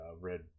Red